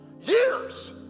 years